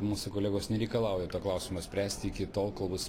mūsų kolegos nereikalauja to klausimo spręsti iki tol kol bus